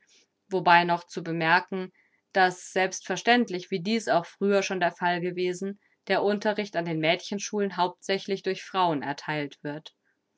wobei noch zu bemerken daß selbstverständlich wie dies auch früher schon der fall gewesen der unterricht an den mädchenschulen hauptsächlich durch frauen ertheilt wird